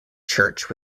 church